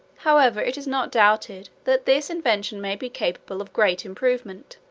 however it is not doubted, that this invention may be capable of great improvement.